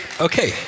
okay